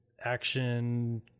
action